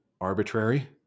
arbitrary